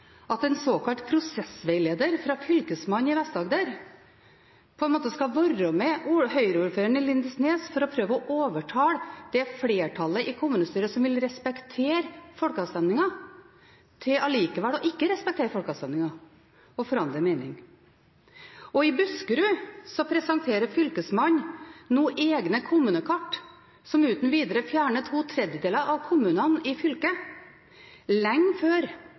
at en såkalt prosessveileder fra Fylkesmannen i Vest-Agder skal være med Høyre-ordføreren i Lindesnes for å prøve å overtale det flertallet i kommunestyret som vil respektere folkeavstemningen, til allikevel ikke å respektere folkeavstemningen og forandre mening. Og i Buskerud presenterer Fylkesmannen nå egne kommunekart som uten videre fjerner to tredjedeler av kommunene i fylket, lenge før